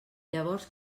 llavors